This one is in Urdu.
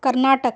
کرناٹک